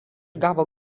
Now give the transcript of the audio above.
gavo